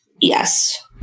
Yes